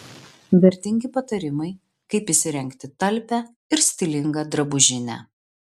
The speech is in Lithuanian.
vertingi patarimai kaip įsirengti talpią ir stilingą drabužinę